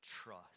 trust